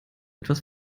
etwas